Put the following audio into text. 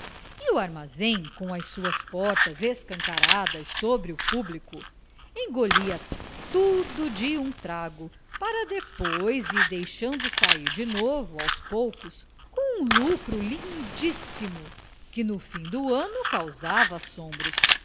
o armazém com as suas portas escancaradas sobre o público engolia tudo de um trago para depois ir deixando sair de novo aos poucos com um lucro lindíssimo que no fim do ano causava assombros